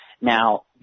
Now